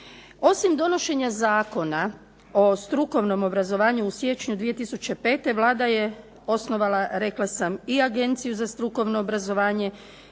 Osim donošenja Zakona o strukovnom obrazovanju u siječnju 2005. Vlada je osnovala i Agenciju za strukovno obrazovanje